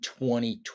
2020